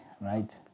right